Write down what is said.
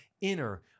inner